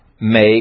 make